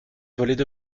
volaient